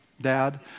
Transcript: dad